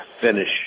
finish